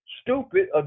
stupid